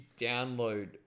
download